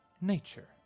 Nature